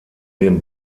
den